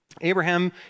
Abraham